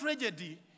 tragedy